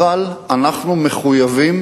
אבל אנחנו מחויבים